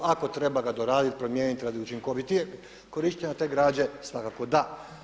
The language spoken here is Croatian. Ako treba ga doraditi, promijeniti radi učinkovitijeg korištenja te građe svakako da.